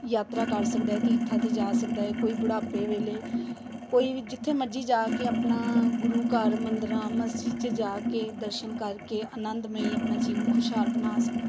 ਯਾਤਰਾ ਕਰ ਸਕਦਾ ਏ ਤੀਰਥਾਂ 'ਤੇ ਜਾ ਸਕਦਾ ਏ ਕੋਈ ਬੁਢਾਪੇ ਵੇਲੇ ਕੋਈ ਵੀ ਜਿੱਥੇ ਮਰਜ਼ੀ ਜਾ ਕੇ ਆਪਣਾ ਗੁਰੂ ਘਰ ਮੰਦਰਾਂ ਮਸਜਿਦ 'ਚ ਜਾ ਕੇ ਦਰਸ਼ਨ ਕਰਕੇ ਆਨੰਦਮਈ ਆਪਣਾ ਜੀਵਨ ਖੁਸ਼ਹਾਲ ਬਣਾ ਸਕਦਾ